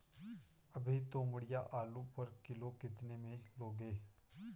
अभी तोमड़िया आलू पर किलो कितने में लोगे?